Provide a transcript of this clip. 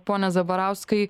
pone zabarauskai